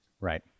Right